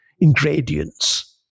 ingredients